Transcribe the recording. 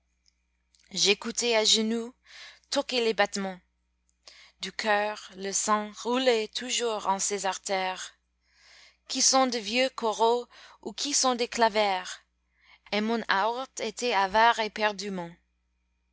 j'écoutais à genoux toquer les battements du cœur le sang roulait toujours en ses artères qui sont de vieux coraux ou qui sont des clavaires et mon